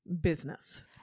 business